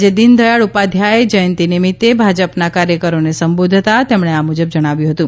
આજે દીનદયાળ ઉપાધ્યાય જયંતિ નિમિત્તે ભાજપનાં કાર્યકરોને સંબોધતાં તેમણે આ મુજબ જણાવ્યું હતું